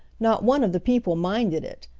not one of the people minded it,